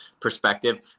perspective